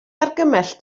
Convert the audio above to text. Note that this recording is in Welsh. argymell